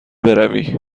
بروی